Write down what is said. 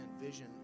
vision